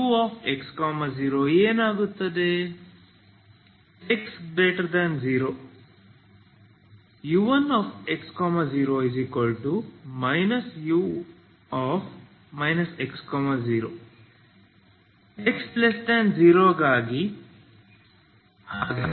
x0 u1x0 u x0 x0 ಗಾಗಿ